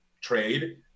trade